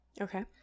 Okay